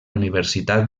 universitat